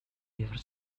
before